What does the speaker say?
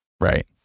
Right